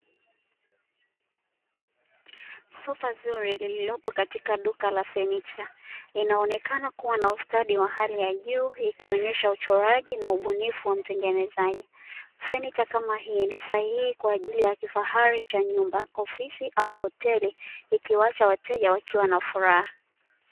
Sofa zuri lililopo katika duka la fanicha, inaonekana kuwa na ustadi wa hali ya juu ikionyesha uchoraji na ubunifu wa mtengenezaji. Fanicha kama hii ni sahihi kwa ajili ya kifahari cha nyumba, ofisi au hoteli, ikiwaacha wateja wakiwa na furaha.